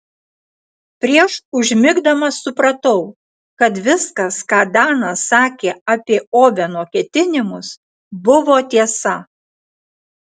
prieš pat užmigdamas supratau kad viskas ką danas sakė apie oveno ketinimus buvo tiesa